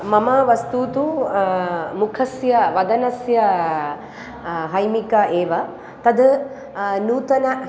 मम वस्तु तु मुखस्य वदनस्य हैमिका एव तद् नूतनानि